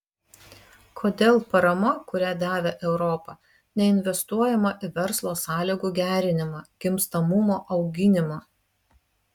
kodėl parama kurią davė europa neinvestuojama į verslo sąlygų gerinimą gimstamumo auginimą